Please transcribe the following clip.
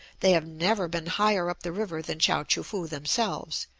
they have never been higher up the river than chao-choo-foo themselves,